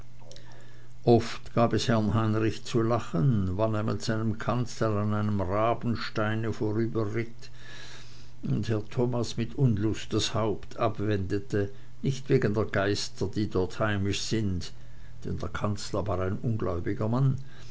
oft gab es herrn heinrich zu lachen wann er mit seinem kanzler an einem rabensteine vorüberritt und herr thomas mit unlust das haupt abwendete nicht wegen der geister die dort heimisch sind denn der kanzler war ein ungläubiger mann